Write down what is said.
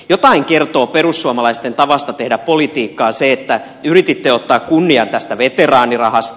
jotain kertoo perussuomalaisten tavasta tehdä politiikkaa se että yrititte ottaa kunnian tästä veteraanirahasta